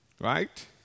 right